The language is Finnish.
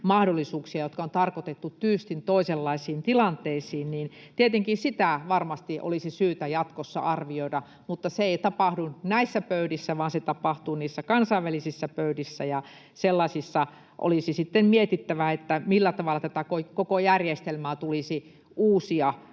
mahdollisuuksia, jotka on tarkoitettu tyystin toisenlaisiin tilanteisiin — olisi varmasti syytä jatkossa arvioida, mutta se ei tapahdu näissä pöydissä, vaan se tapahtuu kansainvälisissä pöydissä. Sellaisissa olisi sitten mietittävä, millä tavalla tätä koko järjestelmää tulisi uusia,